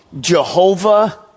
Jehovah